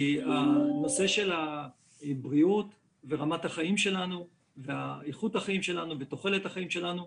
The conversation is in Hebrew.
נושאי הבריאות ורמת החיים שלנו ואיכות החיים שלנו ותוחלת החיים שלנו,